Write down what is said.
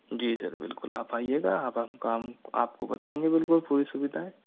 जी sir बिल्कुल आप आइएगा आप आप का हम आप को बताएंगे बिल्कुल पूरी सुविधाएं